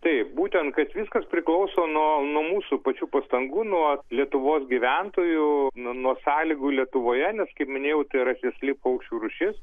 taip būtent kad viskas priklauso nuo nuo mūsų pačių pastangų nuo lietuvos gyventojų nuo nuo sąlygų lietuvoje nes kaip minėjau tai yra sėsli paukščių rūšis